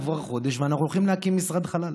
עבר חודש ואנחנו הולכים להקים משרד חלל,